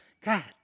God